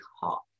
hot